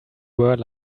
were